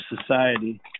society